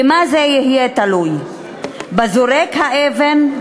במה זה יהיה תלוי, בזורק האבן,